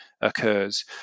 occurs